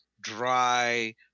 Dry